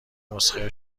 نسخه